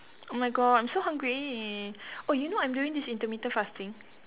oh my god I'm so hungry oh you know I'm doing this intermittent fasting